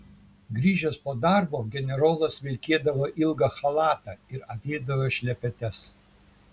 grįžęs po darbo generolas vilkėdavo ilgą chalatą ir avėdavo šlepetes